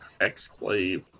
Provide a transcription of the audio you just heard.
exclave